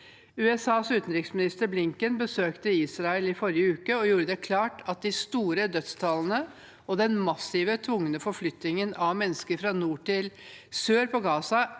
USAs utenriksminister, Blinken, besøkte Israel i forrige uke og gjorde det klart at de store dødstallene og den massive tvungne forflyttingen av mennesker fra nord til sør i Gaza